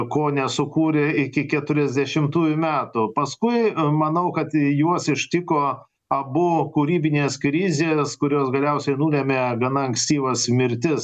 ko nesukūrė iki keturiasdešimtųjų metų paskui manau kad juos ištiko abu kūrybinės krizės kurios galiausiai nulemia gana ankstyvas mirtis